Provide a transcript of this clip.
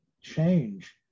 change